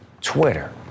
Twitter